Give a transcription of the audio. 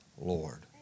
Lord